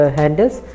handles